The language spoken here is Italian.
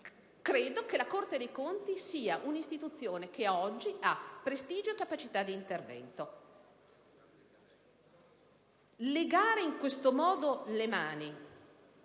Credo che la Corte dei conti sia un'istituzione che ad oggi ha prestigio e capacità di intervento. Legare in questo modo le mani